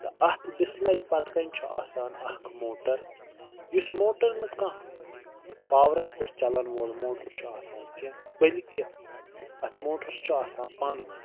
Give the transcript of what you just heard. تہٕ اَتھ بسلاے پتہٕ کٔنۍ چھُ آسان اَکھ موٹر یُس موٹر نہٕ کانٛہہ پاورس پٮ۪ٹھ چَلن وول موٹر چھُ آسان کیٚنٛہہ بٔلکہِ اتھ موٹرَس چھُ آسان پَن ؤلِتھ